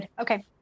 Okay